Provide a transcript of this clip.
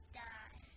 die